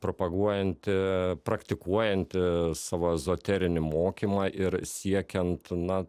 propaguojanti praktikuojanti savo ezoterinį mokymą ir siekiant na